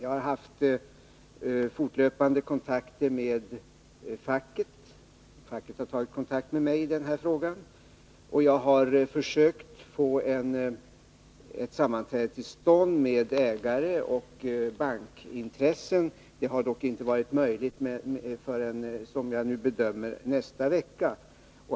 Jag har haft fortlöpande samtal med facket, som har kontaktat mig i denna fråga. Jag har försökt få till stånd ett sammanträde med ägare och bankintressen, vilket dock inte har varit möjligt att ordna förrän, som jag nu hoppas att det blir, nästa vecka.